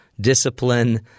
discipline